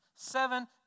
Seven